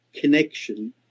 connection